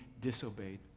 disobeyed